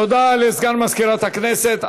תודה לסגן מזכירת הכנסת.